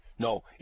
No